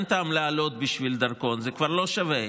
אין טעם לעלות בשביל דרכון, זה כבר לא שווה.